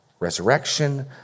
resurrection